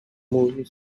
movie